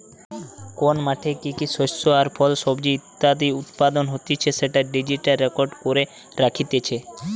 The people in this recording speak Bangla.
কোন মাঠে কি কি শস্য আর ফল, সবজি ইত্যাদি উৎপাদন হতিছে সেটা ডিজিটালি রেকর্ড করে রাখতিছে